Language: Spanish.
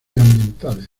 ambientales